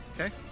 Okay